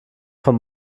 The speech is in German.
von